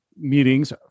meetings